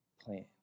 plan